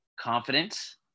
Confidence